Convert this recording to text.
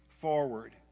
forward